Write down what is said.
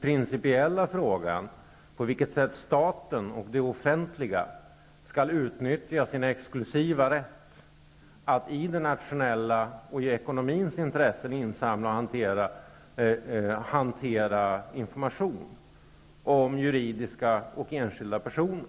principiella frågan på vilket sätt staten och det offentliga skall utnyttja sin exklusiva rätt att i det nationella intresset och i ekonomins intresse insamla och hantera information om juridiska och enskilda personer.